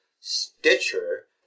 Stitcher